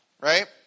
right